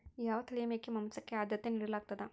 ಯಾವ ತಳಿಯ ಮೇಕೆ ಮಾಂಸಕ್ಕೆ, ಆದ್ಯತೆ ನೇಡಲಾಗ್ತದ?